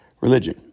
religion